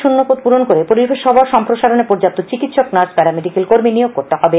শূন্যপদ পূরণ করে পরিষেবা সম্প্রসারণে পর্যাপ্ত চিকিৎসক নার্স প্যারা মেডিকেল কর্মী নিযুক্তি দিতে হবে